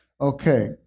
Okay